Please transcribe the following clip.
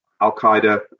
Al-Qaeda